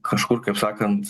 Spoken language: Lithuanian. kažkur kaip sakant